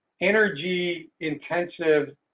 energy-intensive